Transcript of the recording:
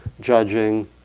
judging